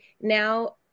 now